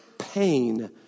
pain